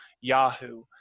Yahoo